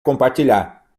compartilhar